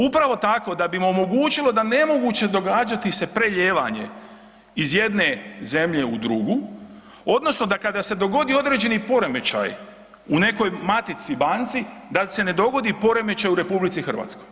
Upravo tak da bi im omogućilo da je nemoguće događati se prelijevanje iz jedne zemlje u drugu odnosno da kada se dogodi određeni poremećaj u nekoj matici banci, da se ne dogodi poremećaj u RH.